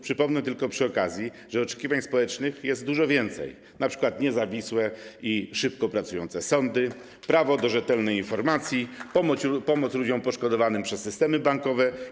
Przypomnę tylko przy okazji, że oczekiwań społecznych jest dużo więcej, np. niezawisłe i szybko pracujące sądy, prawo do rzetelnej informacji, pomoc ludziom poszkodowanym przez systemy bankowe.